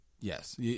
yes